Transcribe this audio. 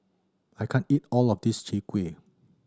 I can't eat all of this Chai Kueh